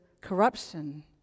corruption